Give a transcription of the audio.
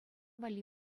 валли